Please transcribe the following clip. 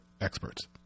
experts